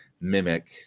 mimic